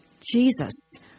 Jesus